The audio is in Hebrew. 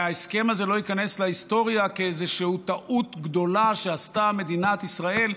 וההסכם הזה לא ייכנס להיסטוריה כאיזושהי טעות גדולה שעשתה מדינת ישראל,